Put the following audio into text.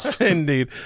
Indeed